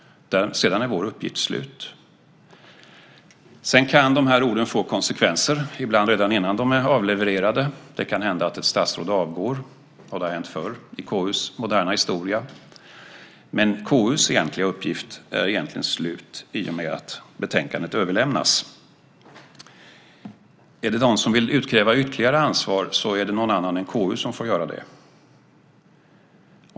Sedan är vår uppgift slut. De här orden kan få konsekvenser, ibland redan innan de är avlevererade. Det kan hända att ett statsråd avgår. Det har hänt förr i KU:s moderna historia. Men KU:s egentliga uppgift är slut i och med att betänkandet överlämnas. Är det någon som vill utkräva ytterligare ansvar är det någon annan än KU som får göra det.